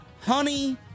Honey